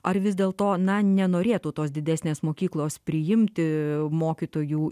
ar vis dėl to na nenorėtų tos didesnės mokyklos priimti mokytojų